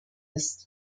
ist